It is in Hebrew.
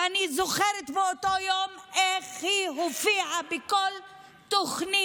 ואני זוכרת באותו יום איך היא הופיעה בכל תוכנית,